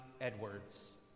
Edwards